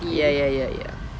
ya ya ya ya